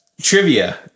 trivia